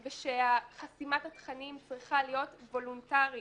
ושחסימת התכנים צריכה להיות וולונטרית.